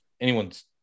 anyone's